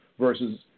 versus